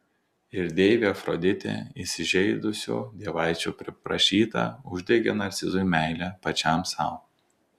ir deivė afroditė įsižeidusių dievaičių priprašyta uždegė narcizui meilę pačiam sau